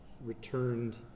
returned